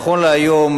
נכון להיום,